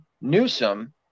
Newsom